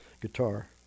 guitar